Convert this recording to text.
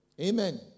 Amen